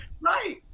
Right